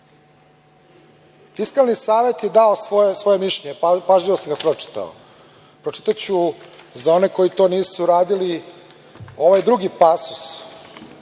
može. Fiskalni savet je dao svoje mišljenje, pažljivo sam ga pročitao. Pročitaću za one koji to nisu radili, ovaj drugi pasus